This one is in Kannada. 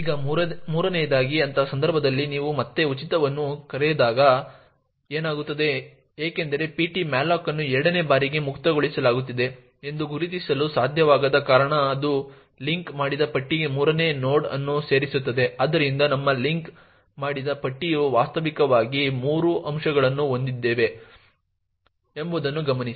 ಈಗ ಮೂರನೆಯದಾಗಿ ಅಂತಹ ಸಂದರ್ಭದಲ್ಲಿ ನೀವು ಮತ್ತೆ ಉಚಿತವನ್ನು ಕರೆದಾಗ ಏನಾಗುತ್ತದೆ ಏಕೆಂದರೆ ptmalloc ಅನ್ನು ಎರಡನೇ ಬಾರಿಗೆ ಮುಕ್ತಗೊಳಿಸಲಾಗುತ್ತಿದೆ ಎಂದು ಗುರುತಿಸಲು ಸಾಧ್ಯವಾಗದ ಕಾರಣ ಅದು ಲಿಂಕ್ ಮಾಡಿದ ಪಟ್ಟಿಗೆ ಮೂರನೇ ನೋಡ್ ಅನ್ನು ಸೇರಿಸುತ್ತದೆ ಆದ್ದರಿಂದ ನಮ್ಮ ಲಿಂಕ್ ಮಾಡಿದ ಪಟ್ಟಿಯು ವಾಸ್ತವಿಕವಾಗಿ ಮೂರು ಅಂಶಗಳನ್ನು ಹೊಂದಿದೆ ಎಂಬುದನ್ನು ಗಮನಿಸಿ